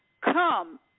Come